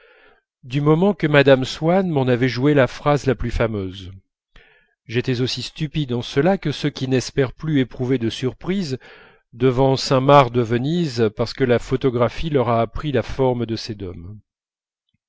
du moment que mme swann m'en avait joué la phrase la plus fameuse j'étais aussi stupide en cela que ceux qui n'espèrent plus éprouver de surprise devant saint-marc de venise parce que la photographie leur a appris la forme de ses dômes